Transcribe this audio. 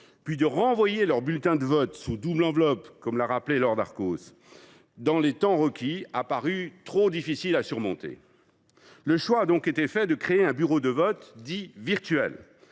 puis de renvoyer leur bulletin de vote sous double enveloppe dans les temps requis, a paru trop difficile à surmonter. Le choix a donc été fait de créer un bureau de vote « virtuel »